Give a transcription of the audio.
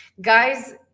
Guys